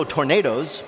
Tornadoes